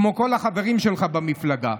כמו כל החברים שלך במפלגה.